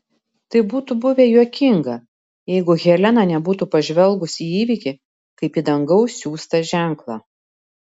tai būtų buvę juokinga jeigu helena nebūtų pažvelgus į įvykį kaip į dangaus siųstą ženklą